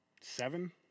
Seven